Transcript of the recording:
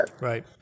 Right